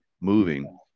moving